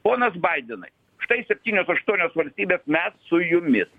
ponas baidenai štai septynios aštuonios valstybės mes su jumis